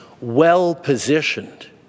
well-positioned